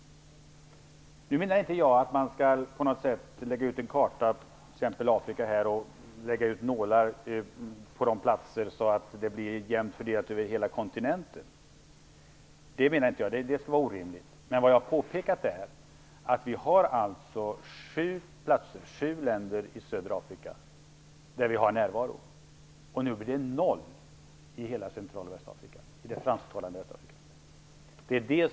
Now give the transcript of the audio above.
Jag menar inte att man på kartan över Afrika skall göra en jämn fördelning med nålar utsatta över hela kontinenten - det skulle vara orimligt - men vad jag har påpekat är att vi har sju länder med närvaro i södra Afrika och att det nu inte blir någon representation i hela det fransktalande Central och Västafrika.